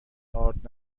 آرد